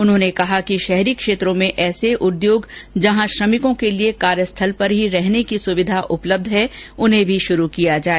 उन्होंने कहा कि शहरी क्षेत्रों में ऐसे उद्योग जहां श्रमिकों के लिए कार्य स्थल पर ही रहने की सुविधा उपलब्य है उन्हें भी शुरू किया जाए